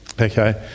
Okay